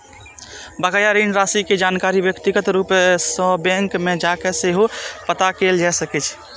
बकाया ऋण राशि के जानकारी व्यक्तिगत रूप सं बैंक मे जाके सेहो पता कैल जा सकैए